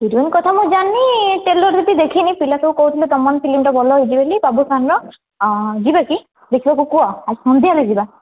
heroine କଥା ମୁଁ ଜାଣିନି ଟ୍ରେଲର୍ ଏତେ ଦେଖିନି ପିଲାସବୁ କହୁଥିଲେ ଦମନ୍ ଫିଲ୍ମଟା ଭଲ ହେଇଛି ବୋଲି ବାବୁଶାନର ଯିବା କି ଦେଖିବାକୁ କୁହ ସନ୍ଧ୍ୟା ବେଲେ ଯିବା